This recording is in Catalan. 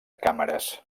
càmeres